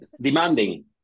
demanding